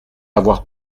avoir